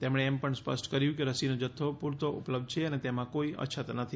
તેમણે એમ પણ સ્પષ્ટ કર્યું કે રસીનો જથ્થો પૂરતો ઉપલબ્ધ છે અને તેમાં કોઈ અછત નથી